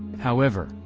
however,